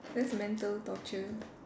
that's mental torture